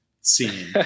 scene